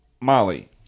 Molly